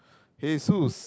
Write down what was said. hey Sues